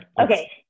Okay